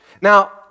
Now